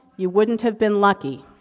you wouldn't have been lucky.